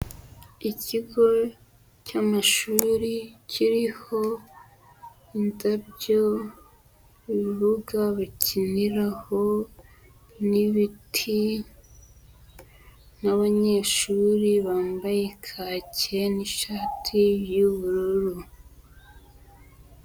Ikigo cy'amashuri kiriho indabyo, ibibuga bakiniraho n'ibiti n'abanyeshuri bambaye kaki n'ishati y'ubururu.